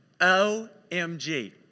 OMG